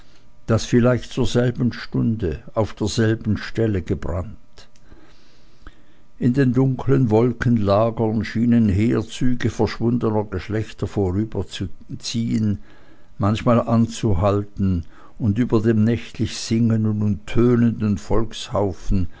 das vielleicht zur selben stunde auf derselben stelle gebrannt in den dunklen wolkenlagern schienen heerzüge verschwundener geschlechter vorüberzuziehen manchmal anzuhalten über dem nächtlich singenden und tönenden